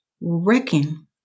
wrecking